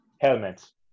helmets